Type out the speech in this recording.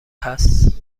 هست